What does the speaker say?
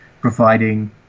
providing